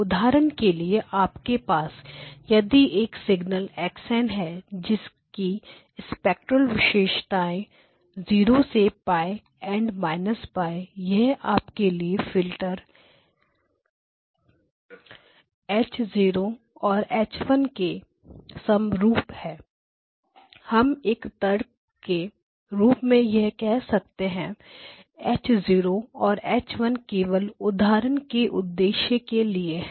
उदाहरण के लिए आपके पास यदि एक सिग्नल x n है जिसकी स्पेक्ट्रल विशेषताएं 0 से π एंड - π यह आपके लिए फिल्टर H0और H1 के समरूप है हम एक तर्क के रूप में यह कह सकते हैं H0और H1 केवल उदाहरण के उद्देश्य के लिए है